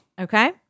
Okay